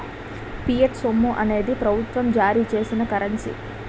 fiat సొమ్ము అనేది ప్రభుత్వం జారీ చేసిన కరెన్సీ